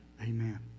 Amen